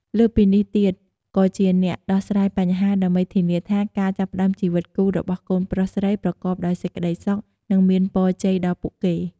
លើសពីនេះទៀត ក៏ជាអ្នកដោះស្រាយបញ្ហា ដើម្បីធានាថាការចាប់ផ្តើមជីវិតគូរបស់កូនប្រុសស្រីប្រកបដោយសេចក្តីសុខ និងមានពរជ័យដល់ពួកគេ។